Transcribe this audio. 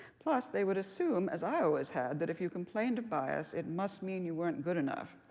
plus they would assume, as i always had, that if you complained of bias it must mean you weren't good enough.